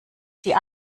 die